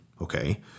Okay